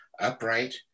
upright